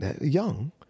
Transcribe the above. young